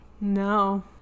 no